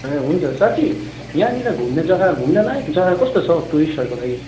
ए हुन्छ साथी यहाँनिर घुम्ने जग्गा घुम्ने लायक जग्गा कस्तो छ हौ टुरिस्टहरूको लागि